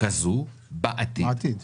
כזו בעתיד.